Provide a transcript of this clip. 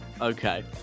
Okay